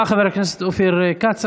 תודה, חבר הכנסת אופיר כץ.